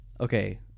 Okay